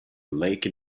lake